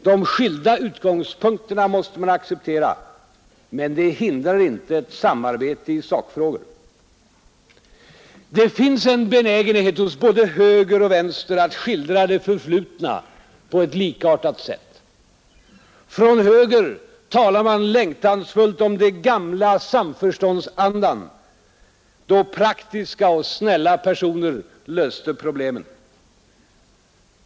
De skilda utgångspunkterna måste man acceptera, men det hindrar inte ett samarbete i sakfrågor. Det finns en benägenhet hos både höger och vänster att skildra det Nr1AR förflutna på ett likartat sätt. Från höger talar man längtansfullt om den Onsdagen den gamla samförståndsandan då praktiska och snälla personer löste proble 3 november 1971 men.